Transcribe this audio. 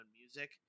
music